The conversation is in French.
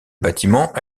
bâtiment